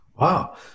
Wow